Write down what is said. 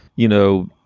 you know,